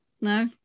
No